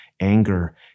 Anger